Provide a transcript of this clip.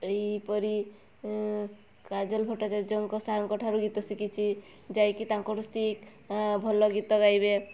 ଏଇପରି କାଜଲ ଭଟ୍ଟାଚାର୍ଯ୍ୟଙ୍କ ସାର୍ଙ୍କ ଠାରୁ ଗୀତ ଶିଖିଛି ଯାଇକି ତାଙ୍କଠୁ ଶିଖ ଭଲ ଗୀତ ଗାଇବେ